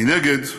מנגד,